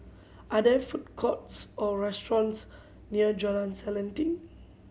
are there food courts or restaurants near Jalan Selanting